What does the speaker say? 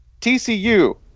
TCU